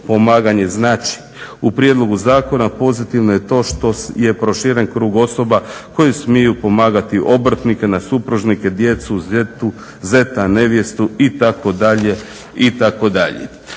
znači. U prijedlogu zakona pozitivno je to što je proširen krug osoba koje smiju pomagati obrtnike na supružnike, djecu, zeta, nevjestu itd.,